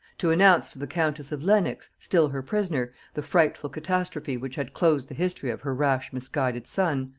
to announce to the countess of lenox, still her prisoner, the frightful catastrophe which had closed the history of her rash misguided son,